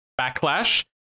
Backlash